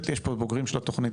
יש פה הרבה בוגרים של התוכנית,